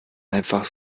einfach